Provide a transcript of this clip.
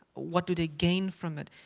what do they gain from it?